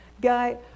Guy